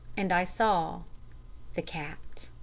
and i saw the cat.